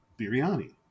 biryani